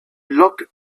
locked